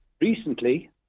recently